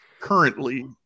currently